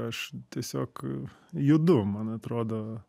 aš tiesiog judu man atrodo